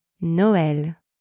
Noël